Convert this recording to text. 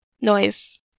noise